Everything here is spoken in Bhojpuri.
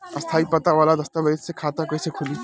स्थायी पता वाला दस्तावेज़ से खाता कैसे खुली?